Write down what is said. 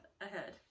ahead